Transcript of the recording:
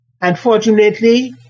Unfortunately